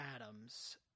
Adams